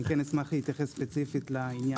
אני כן אשמח להתייחס ספציפית לעניין.